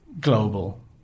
global